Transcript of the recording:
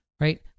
Right